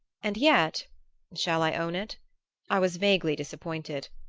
and yet shall i own it i was vaguely disappointed.